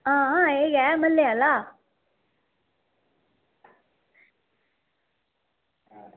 आं एह् गै म्हल्ले आह्ला